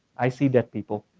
i see debt people,